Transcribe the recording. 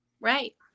Right